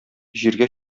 җиргә